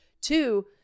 Two